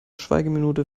schweigeminute